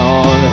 on